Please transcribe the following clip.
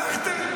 לא רק זה.